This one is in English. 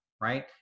right